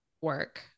work